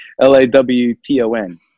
L-A-W-T-O-N